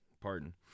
Pardon